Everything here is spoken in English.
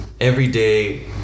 everyday